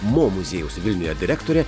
mo muziejaus vilniuje direktorė